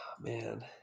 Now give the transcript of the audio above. man